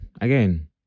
again